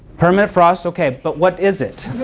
permanent frost. ok. but what is it?